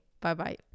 Bye-bye